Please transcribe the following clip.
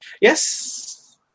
Yes